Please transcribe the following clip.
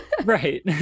Right